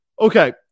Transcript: Okay